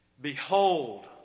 Behold